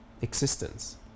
existence